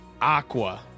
Aqua